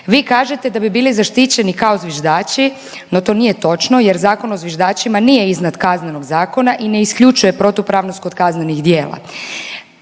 vi kažete da bi bili zaštićeni kao zviždači, no to nije točno jer Zakon o zviždačima nije iznad Kaznenog zakona i ne isključuje protupravnost kod kaznenih djela,